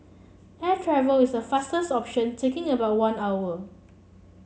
air travel is the fastest option taking about one hour